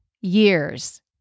Years